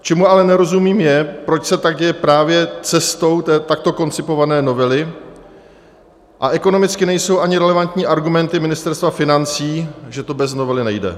Čemu ale nerozumím, je, proč se tak děje právě cestou takto koncipované novely, a ekonomicky nejsou ani relevantní argumenty Ministerstva financí, že to bez novely nejde.